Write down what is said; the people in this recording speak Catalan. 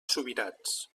subirats